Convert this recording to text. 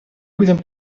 будем